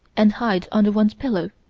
and hide under one's pillow,